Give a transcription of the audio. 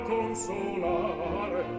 Consolare